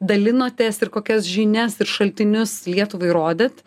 dalinotės ir kokias žinias ir šaltinius lietuvai rodėt